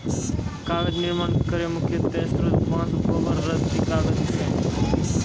कागज निर्माण केरो मुख्य स्रोत बांस, गोबर, रद्दी कागज छै